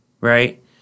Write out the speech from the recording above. Right